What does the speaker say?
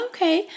Okay